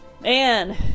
man